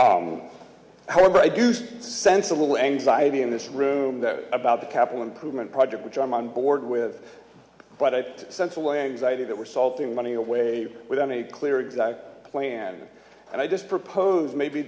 idea however i do sense a little anxiety in this room that about the capital improvement project which i'm on board with but i sense a legs idea that we're solving money away with on a clear exact plan and i just propose maybe